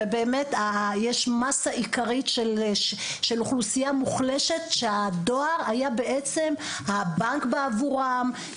יש מסה עיקרית של אוכלוסייה מוחלשת שהדואר היה בעצם הבנק בעבורם,